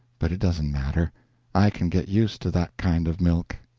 but it doesn't matter i can get used to that kind of milk.